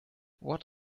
what